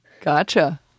Gotcha